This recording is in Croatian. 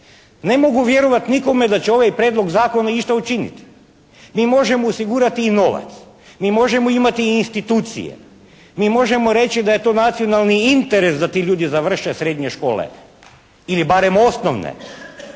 Ne mogu vjerovati nikome da će ovaj prijedlog zakona išta učiniti. Mi možemo osigurati i novac. Mi možemo imati i institucije. Mi možemo reći da je to nacionalni interes da ti ljudi završe srednje škole ili barem osnovne.